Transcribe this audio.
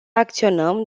acționăm